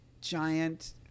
giant –